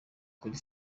kuri